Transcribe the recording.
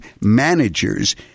managers